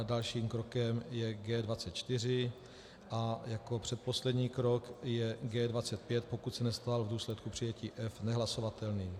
Dalším krokem je G24 a jako předposlední krok je G25, pokud se nestal v důsledku přijetí F nehlasovatelným.